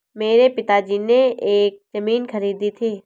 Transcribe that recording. मेरे पिताजी ने एक जमीन खरीदी थी